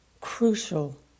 crucial